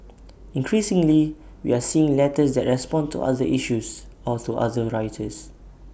increasingly we are seeing letters that respond to other issues or to other writers